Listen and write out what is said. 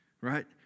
Right